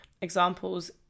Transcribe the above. Examples